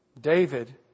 David